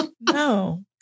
No